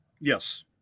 Yes